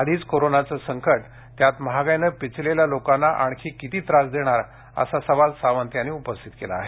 आधीच कोरोनाचे संकट त्यात महागाईने पिचलेल्या लोकांना आणखी किती त्रास देणार असा सवाल सावंत यांनी उपस्थित केला आहे